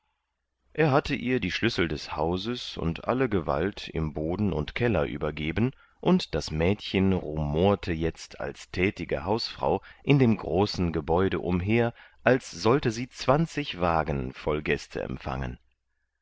er hatte ihr die schlüssel des hauses und alle gewalt im boden und keller übergeben und das mädchen rumorte jetzt als tätige hausfrau in dem großen gebäude umher als sollte sie zwanzig wagen voll gäste empfangen